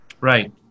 Right